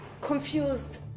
confused